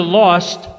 lost